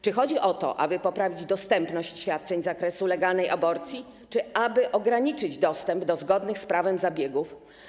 Czy chodzi o to, aby poprawić dostępność świadczeń z zakresu legalnej aborcji, czy aby ograniczyć dostęp do zgodnych z prawem zabiegów?